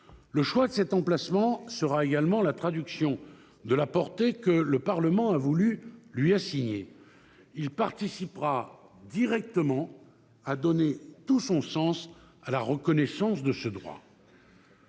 Le choix de cet emplacement sera également la traduction de la portée que le Parlement a voulu lui assigner. Il participera directement à donner tout son sens à la reconnaissance de ce droit.